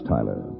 Tyler